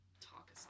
talk